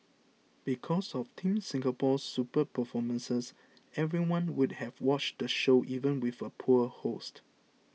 because of Team Singapore's superb performances everyone would have watched the show even with a poor host